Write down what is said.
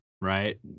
right